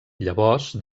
llavors